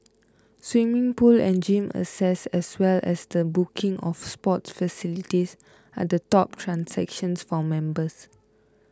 swimming pool and gym access as well as the booking of sports facilities are the top transactions for members